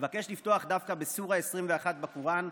אבקש לפתוח דווקא בסורה 21 בקוראן,